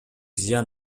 зыян